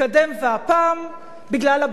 והפעם בגלל הביטחון,